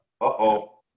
uh-oh